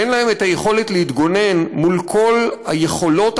שאין להם יכולת להתגונן מול כל היכולות